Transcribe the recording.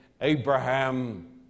Abraham